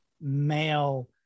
male